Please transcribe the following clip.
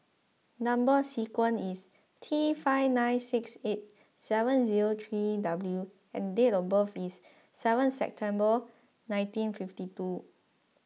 Number Sequence is T five nine six eight seven zero three W and date of birth is seven September nineteen fifty two